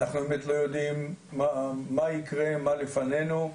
אנחנו באמת לא יודעים מה יקרה, מה לפנינו,